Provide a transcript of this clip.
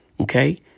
Okay